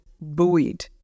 buoyed